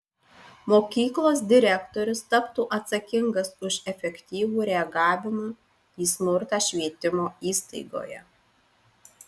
mokyklos direktorius taptų atsakingas už efektyvų reagavimą į smurtą švietimo įstaigoje